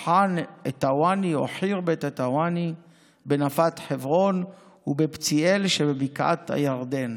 בח'רבת א-תוואני בנפת חברון, ובפצאל שבבקעת הירדן.